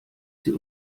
sie